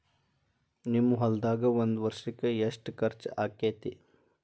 ನಿಮ್ಮ ಹೊಲ್ದಾಗ ಒಂದ್ ವರ್ಷಕ್ಕ ಎಷ್ಟ ಖರ್ಚ್ ಆಕ್ಕೆತಿ?